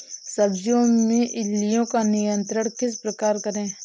सब्जियों में इल्लियो का नियंत्रण किस प्रकार करें?